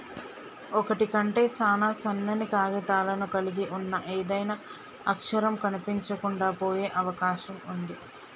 ఒకటి కంటే సాన సన్నని కాగితాలను కలిగి ఉన్న ఏదైనా అక్షరం కనిపించకుండా పోయే అవకాశం ఉంది